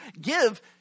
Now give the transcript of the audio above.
give